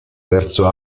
terzo